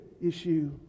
issue